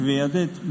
werdet